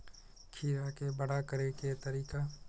खीरा के बड़ा करे के तरीका?